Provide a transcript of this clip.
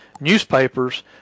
newspapers